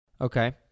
Okay